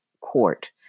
court